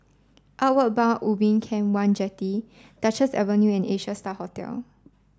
Outward Bound Ubin Camp One Jetty Duchess Avenue and Asia Star Hotel